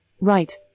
Right